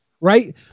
right